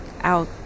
out